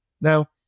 Now